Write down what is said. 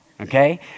okay